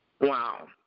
Wow